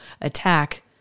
attack